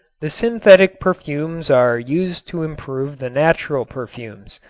the synthetic perfumes are used to improve the natural perfumes.